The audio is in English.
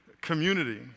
community